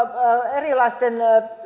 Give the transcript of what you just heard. erilaisten